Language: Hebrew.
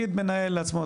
יגיד מנהל לעצמו,